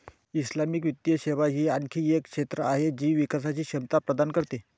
Islamic वित्तीय सेवा ही आणखी एक क्षेत्र आहे जी विकासची क्षमता प्रदान करते